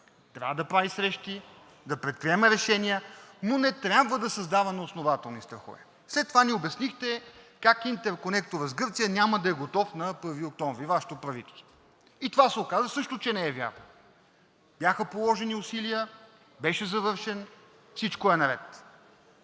Трябва да прави срещи, да предприема решения, но не трябва да създава неоснователни страхове. След това ни обяснихте как интерконекторът с Гърция няма да е готов на 1 октомври – и това се оказа, че не е вярно. Бяха положени усилия, беше завършен и всичко е наред.